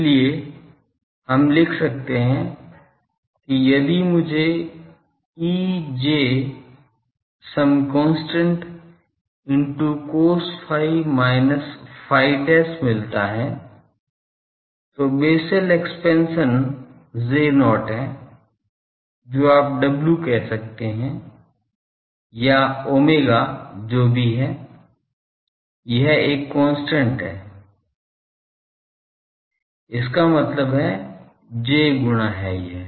इसलिए हम लिख सकते हैं कि यदि मुझे e j some constant into cos phi minus phi dash मिलता है तो बेसेल एक्सपेंशन J0 है जो आप w कह सकते हैं या ओमेगा जो भी हैं यह एक कांस्टेंट है इसका मतलब है j गुणा यह